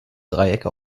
dreiecke